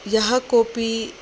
यः कोऽपि